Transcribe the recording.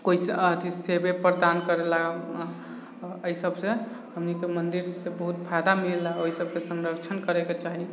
आओर कोइ सेबे प्रदान करऽला एहिसबसँ हमनीके मन्दिरसँ बहुत फायदा मिलऽला ओहिसबके संरक्षण करैके चाही